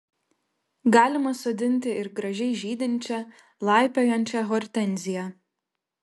galima sodinti ir gražiai žydinčią laipiojančią hortenziją